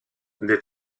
des